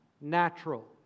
Natural